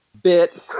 bit